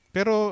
Pero